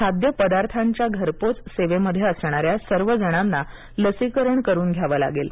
खाद्य पदार्थांच्या घरपोच सेवेमध्ये असणाऱ्या सर्व जणांना लसीकरण करून घ्यावं लागेल